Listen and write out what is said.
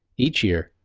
each year,